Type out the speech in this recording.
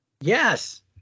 yes